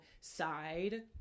side